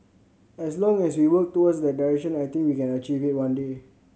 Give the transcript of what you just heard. as long as we work towards that direction I think we can achieve it one day